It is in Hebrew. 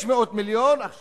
600 מיליון זה